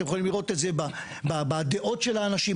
אתם יכולים לראות את זה בדעות של האנשים,